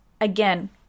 again